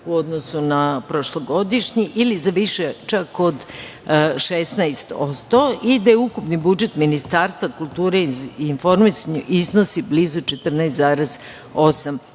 u odnosu na prošlogodišnji ili za više, čak od 16% i da je ukupni budžet Ministarstva kulture i informisanju iznosi blizu 14,8